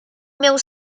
umiał